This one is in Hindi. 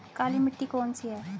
काली मिट्टी कौन सी है?